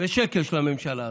בשקל של הממשלה הזו.